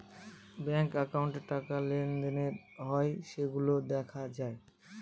bank একাউন্টে টাকা লেনদেন হয় সেইগুলা দেখা যায়